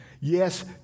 Yes